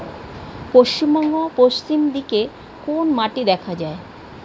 পশ্চিমবঙ্গ পশ্চিম দিকে কোন মাটি দেখা যায়?